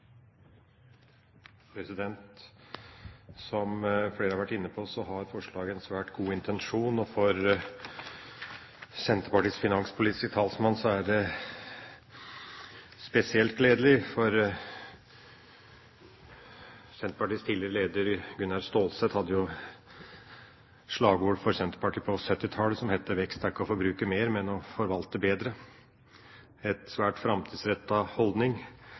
Som flere har vært inne på, har forslaget en svært god intensjon. For Senterpartiets finanspolitiske talsmann er det spesielt gledelig, for Senterpartiets tidligere leder, Gunnar Stålsett, hadde jo et slagord for Senterpartiet på 1970-tallet som var: Vekst er ikke å forbruke mer, men å forvalte bedre – en svært framtidsrettet holdning,